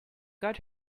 got